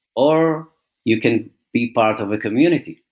or you can be part of a community.